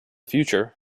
future